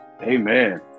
Amen